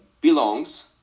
belongs